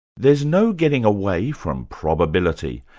there's no getting away from probability.